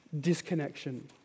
disconnection